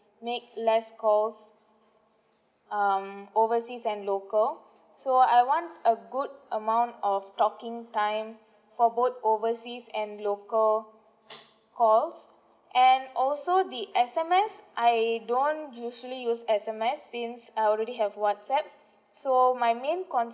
make less calls um oversea and local so I want a good amount of talking time for both overseas and local calls and also the S_M_S I don't usually use S_M_S since I already have whatsapp so my main concern